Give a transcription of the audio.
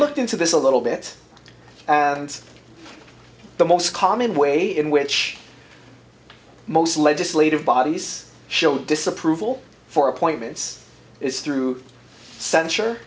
looked into this a little bit it's the most common way in which most legislative bodies show disapproval for appointments is through censure